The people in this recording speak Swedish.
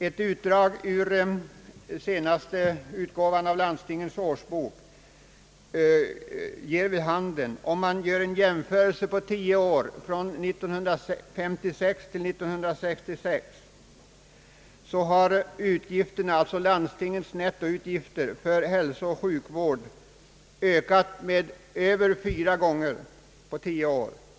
Ett studium av landstingens årsbok ger vid handen, om man gör en jämförelse över tio år från 1956 till 1966, att landstingens nettoutgifter för hälsooch sjukvård har ökat så att årets belopp är fyra gånger så stort som för tio år sedan.